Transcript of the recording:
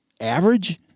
average